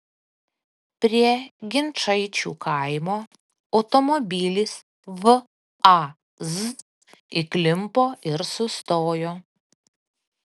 prie ginčaičių kaimo automobilis vaz įklimpo ir sustojo